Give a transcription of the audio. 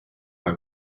why